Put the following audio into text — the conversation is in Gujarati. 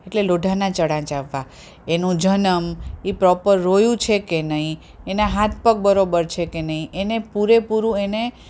એટલે લોઢાના ચણા ચાવવા એનો જન્મ એ પ્રોપર રોયું છે કે નહીં એના હાથ પગ બરાબર છે કે નહીં એને પૂરેપૂરું એને